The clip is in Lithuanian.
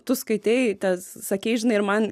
tu skaitei tas sakei žinai ir man